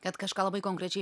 kad kažką labai konkrečiai